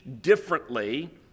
differently